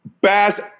bass